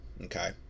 Okay